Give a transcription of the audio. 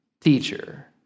teacher